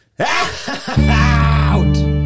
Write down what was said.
out